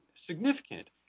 significant